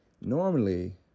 Normally